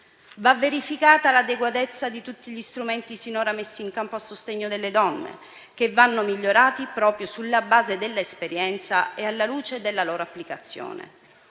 Va verificata l'adeguatezza di tutti gli strumenti sinora messi in campo a sostegno delle donne, che vanno migliorati proprio sulla base dell'esperienza e alla luce della loro applicazione.